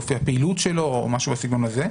אופי הפעילות שלו או משהו בסגנון הזה?